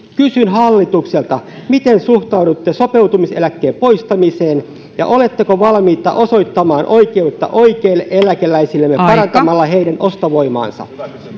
kysyn hallitukselta miten suhtaudutte sopeutumiseläkkeen poistamiseen ja oletteko valmiita osoittamaan oikeutta oikeille eläkeläisillemme parantamalla heidän ostovoimaansa